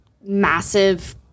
massive